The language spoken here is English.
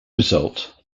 result